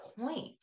point